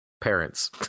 parents